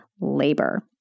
labor